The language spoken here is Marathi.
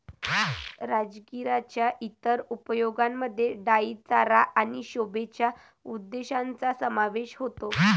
राजगिराच्या इतर उपयोगांमध्ये डाई चारा आणि शोभेच्या उद्देशांचा समावेश होतो